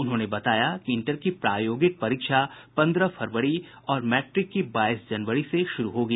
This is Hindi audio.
उन्होंने बताया कि इंटर की प्रायोगिक परीक्षा पन्द्रह फरवरी और मैट्रिक की बाईस जनवरी से शुरू होगी